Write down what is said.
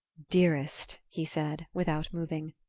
dearest! he said, without moving.